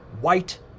white